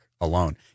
alone